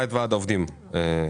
כיושב-ראש ועד העובדים נשאתי באחריות,